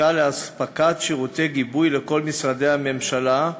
לאספקת שירותי גיבוי לכל משרדי הממשלה,